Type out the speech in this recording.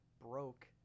broke